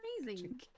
amazing